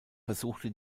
versuchte